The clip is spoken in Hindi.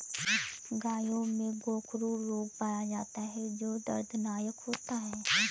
गायों में गोखरू रोग पाया जाता है जो दर्दनाक होता है